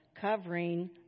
covering